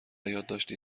یادداشتی